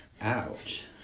Ouch